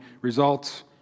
results